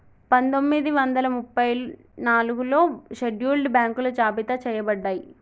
పందొమ్మిది వందల ముప్పై నాలుగులో షెడ్యూల్డ్ బ్యాంకులు జాబితా చెయ్యబడ్డయ్